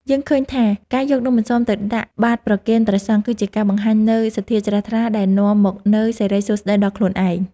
យើងឃើញថាការយកនំអន្សមទៅដាក់បាត្រប្រគេនព្រះសង្ឃគឺជាការបង្ហាញនូវសទ្ធាជ្រះថ្លាដែលនាំមកនូវសិរីសួស្ដីដល់ខ្លួនឯង។